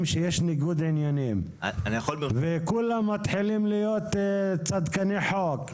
כשיש ניגוד עניינים וכולם מתחילים להיות צדקני חוק,